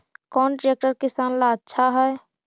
कौन ट्रैक्टर किसान ला आछा है?